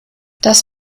das